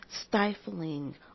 stifling